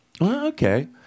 okay